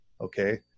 okay